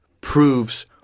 proves